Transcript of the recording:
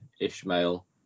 Ishmael